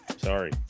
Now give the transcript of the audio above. sorry